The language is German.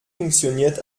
funktioniert